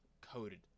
coated